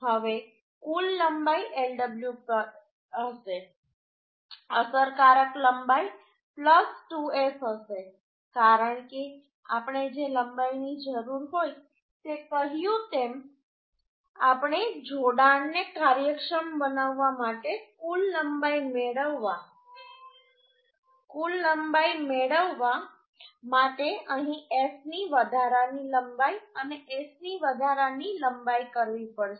હવે કુલ લંબાઈ Lw હશે અસરકારક લંબાઈ 2S હશે કારણ કે આપણે જે લંબાઈની જરૂર હોય તે કહ્યું તેમ આપણે જોડાણને કાર્યક્ષમ બનાવવા માટે કુલ લંબાઈ મેળવવા માટે અહીં S ની વધારાની લંબાઈ અને S ની વધારાની લંબાઈ કરવી પડશે